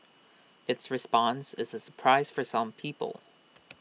its response is A surprise for some people